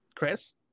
Chris